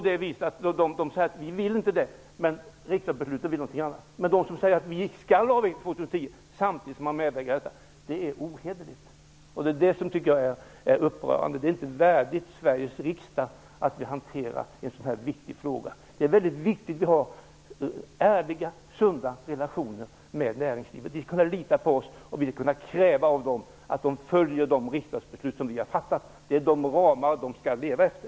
Men det är ohederligt att säga: Vi skall avveckla till år 2010, samtidigt som man medverkar i det beslut som nu kommer. Detta är upprörande. Det är inte värdigt Sveriges riksdag att på detta sätt hantera en så viktig fråga. Det är viktigt att vi har ärliga, sunda relationer med beslutsfattarna i näringslivet. De skall kunna lita på oss, och vi skall kunna kräva av dem att de följer de riksdagbeslut vi har fattat. Det är de ramar de skall leva efter.